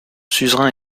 suzerain